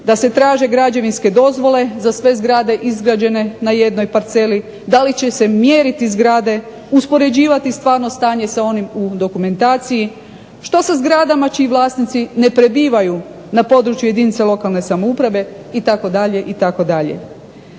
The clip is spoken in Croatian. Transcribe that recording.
da se traže građevinske dozvole za sve zgrade izgrađene na jednoj parceli, da li će se mjeriti zgrade, uspoređivati stvarno stanje sa onim u dokumentaciji, što sa zgradama čiji vlasnici ne prebivaju na području jedinice lokalne samouprave itd.,